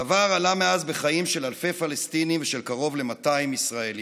הדבר עלה מאז בחיים של אלפי פלסטינים ושל קרוב ל-200 ישראלים,